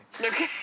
Okay